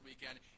weekend